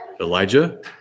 Elijah